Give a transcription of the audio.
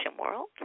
world